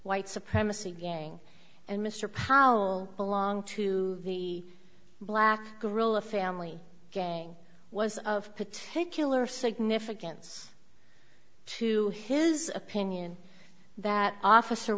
white supremacy gang and mr powell belonged to the black guerilla family gang was of particular significance to his opinion that officer